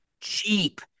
Cheap